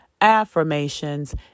affirmations